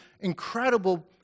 incredible